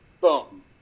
Boom